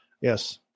yes